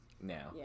now